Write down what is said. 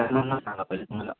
त्यानंना सांगा पहिले तुम्हाला